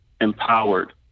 empowered